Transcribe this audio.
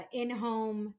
in-home